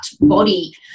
body